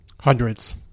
Hundreds